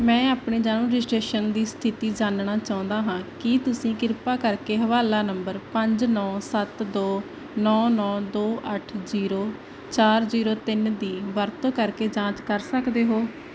ਮੈਂ ਆਪਣੇ ਜਨਮ ਰਜਿਸਟ੍ਰੇਸ਼ਨ ਦੀ ਸਥਿਤੀ ਜਾਣਨਾ ਚਾਹੁੰਦਾ ਹਾਂ ਕੀ ਤੁਸੀਂ ਕਿਰਪਾ ਕਰਕੇ ਹਵਾਲਾ ਨੰਬਰ ਪੰਜ ਨੌਂ ਸੱਤ ਦੋ ਨੌਂ ਨੌਂ ਦੋ ਅੱਠ ਜ਼ੀਰੋ ਚਾਰ ਜ਼ੀਰੋ ਤਿੰਨ ਦੀ ਵਰਤੋਂ ਕਰਕੇ ਜਾਂਚ ਕਰ ਸਕਦੇ ਹੋ